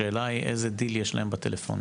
השאלה היא איזה דיל יש להם בטלפונים,